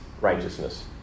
righteousness